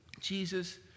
Jesus